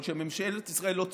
אבל כשממשלת ישראל לא צועקת,